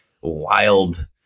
wild